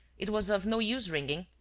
it was of no use ringing,